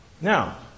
now